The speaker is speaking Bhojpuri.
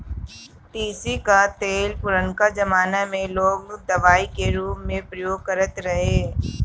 तीसी कअ तेल पुरनका जमाना में लोग दवाई के रूप में उपयोग करत रहे